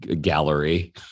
gallery